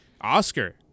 Oscar